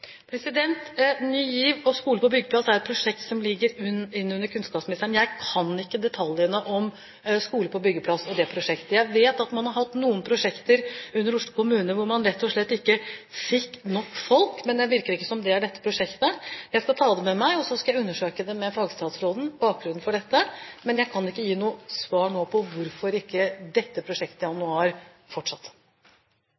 Ny GIV og Skole på byggeplass er prosjekter som ligger inn under kunnskapsministeren. Jeg kan ikke detaljene om Skole på byggeplass og det prosjektet. Jeg vet at man har hatt noen prosjekter under Oslo kommune hvor man rett og slett ikke fikk nok folk, men det virker ikke som om det er dette prosjektet. Jeg skal ta det med meg, og så skal jeg undersøke bakgrunnen for dette med fagstatsråden, men jeg kan ikke gi noe svar nå på hvorfor dette prosjektet